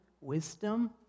wisdom